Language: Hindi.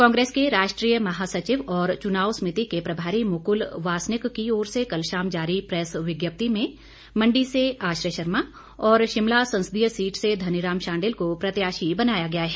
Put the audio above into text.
कांग्रेस के राष्ट्रीय महासचिव और चुनाव समिति के प्रभारी मुकुल वासनिक की ओर से कल शाम जारी प्रेस विज्ञप्ति में मंडी से आश्रय शर्मा और शिमला संसदीय सीट से धनीराम शांडिल को प्रत्याशी बनाया गया है